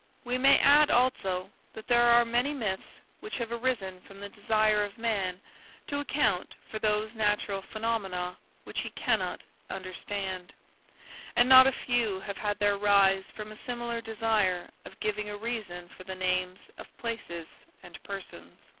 we may add also that there are many myths which have arisen from the desire of man to account for those natural phenomena which he cannot understand and not a few have had their rise from a similar desire of giving a reason for the names of places and persons.